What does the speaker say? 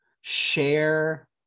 share